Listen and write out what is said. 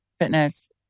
fitness